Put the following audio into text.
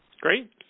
Great